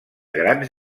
grans